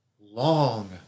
long